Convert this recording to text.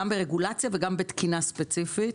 גם ברגולציה וגם בתקינה ספציפית.